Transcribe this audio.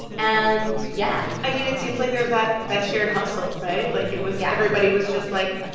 and yeah i mean, it seems like there's that that shared hustle, right? like, it was. yeah everybody was just, like,